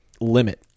limit